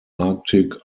arctic